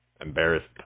embarrassed